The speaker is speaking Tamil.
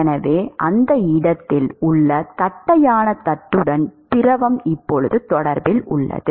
எனவே அந்த இடத்தில் உள்ள தட்டையான தட்டுடன் திரவம் இப்போது தொடர்பில் உள்ளது